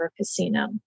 Casino